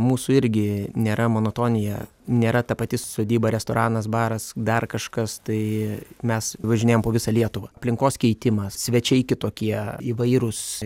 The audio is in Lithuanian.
mūsų irgi nėra monotonija nėra ta pati sodyba restoranas baras dar kažkas tai mes važinėjam po visą lietuvą aplinkos keitimas svečiai kitokie įvairūs